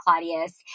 Claudius